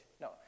No